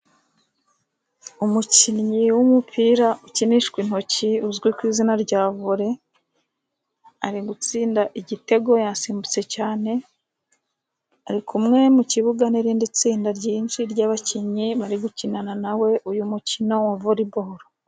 Umukinnyi w'umupira ukinishwa intoki uzwi ku izina rya vore, ari gutsinda igitego yasimbutse cyane ari kumwe mu kibuga n'irindi tsinda ryinshi ry'abakinnyi bari gukinana nawe uyu mukino wa voreboro.